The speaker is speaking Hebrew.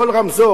כל רמזור,